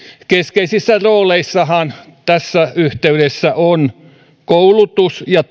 keskeisissä rooleissahan tässä yhteydessä ovat koulutus ja